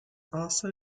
also